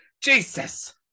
jesus